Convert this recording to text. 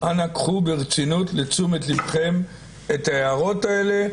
אנא בחוק ברצינות לתשומת לבכם את ההערות האלה,